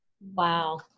wow